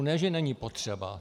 Ne že není potřeba.